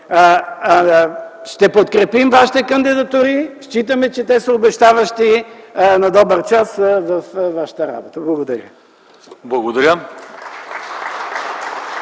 Ще подкрепим вашите кандидатури. Считаме, че те са обещаващи. На добър час във вашата работа! Благодаря.